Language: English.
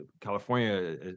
California